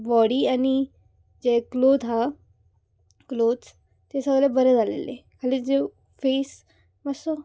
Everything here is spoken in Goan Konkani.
बॉडी आनी जे क्लोत आहा क्लोथ्स तें सगळे बरें जालेलें खाली जे फेस मातसो